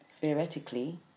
theoretically